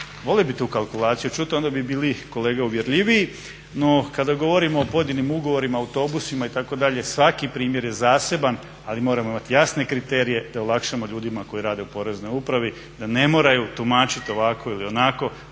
Volio bih tu kalkulaciju čuti, onda bi bili kolege uvjerljiviji. No, kada govorimo o pojedinim ugovorima, autobusima itd. svaki primjer je zaseban, ali moramo imati jasne kriterije da olakšamo ljudima koji rade u Poreznoj upravi, da ne moraju tumačiti ovako ili onako.